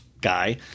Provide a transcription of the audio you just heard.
guy